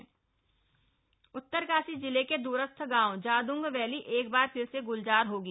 Jadang valley Uttarkashi जिले के दूरस्थ गांव जादूंग वैली एक बार फिर से ग्लजार होगी